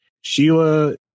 Sheila